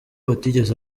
atigeze